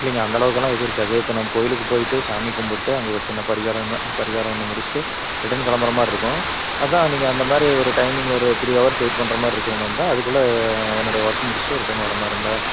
இல்லைங்க அந்தளவுக்கெல்லாம் எதுவும் இருக்காது இப்போ நம்ம கோவிலுக்கு போய்ட்டு சாமி கும்புட்டு அங்கே ஒரு சின்ன பரிகாரம் ஒன்று அந்த பரிகாரம் ஒன்று முடிச்சுட்டு ரிட்டன் கிளம்புற மாதிரி இருக்கும் அதுதான் நீங்கள் அந்த மாதிரி ஒரு டைமிங் ஒரு த்ரீ ஹவர்ஸ் வெயிட் பண்ணுற மாதிரி இருக்குற மாதிரி இருந்தால் அதுக்குள்ள என்னுடைய ஒர்க் முடிச்சுட்டு ரிட்டன் வர மாதிரி இருந்தால்